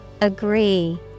Agree